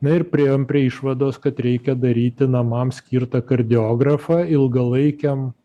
na ir priėjom prie išvados kad reikia daryti namams skirtą kardiografą ilgalaikiam